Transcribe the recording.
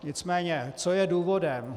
Nicméně co je důvodem.